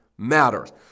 matters